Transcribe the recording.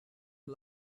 این